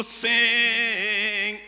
sing